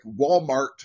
Walmart